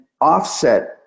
offset